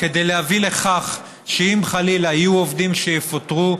כדי להביא לכך שאם חלילה יהיו עובדים שיפוטרו,